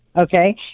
okay